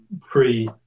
pre